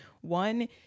one